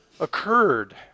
occurred